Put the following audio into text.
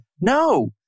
No